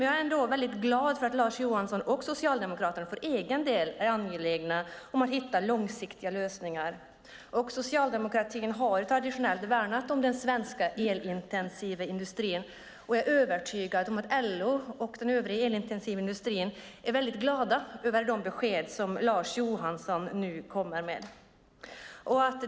Jag är ändå väldigt glad att Lars Johansson och Socialdemokraterna för egen del är angelägna om att hitta långsiktiga lösningar. Socialdemokraterna har traditionellt värnat om den svenska, elintensiva industrin, och jag är övertygad om att LO och den övriga elintensiva industrin är väldigt glada över de besked som Lars Johansson nu kommer med.